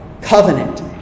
covenant